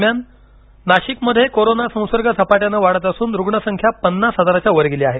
दरम्यान नाशिकमध्ये कोरोना संसर्ग झपाट्याने वाढत असून रुग्ण संख्या पन्नास हजाराच्या वर गेली आहे